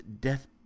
Death